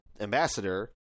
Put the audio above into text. ambassador